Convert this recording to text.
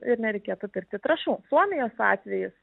ir nereikėtų pirkti trąšų suomijos atvejis